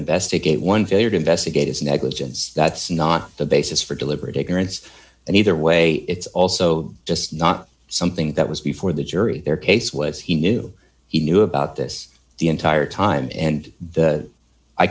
investigate one failure to investigate his negligence that's not the basis for deliberate ignorance and either way it's also just not something that was before the jury their case was he knew he knew about this the entire time and